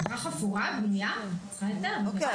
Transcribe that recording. בריכה חפורה ובנויה, את צריכה היתר, כמובן.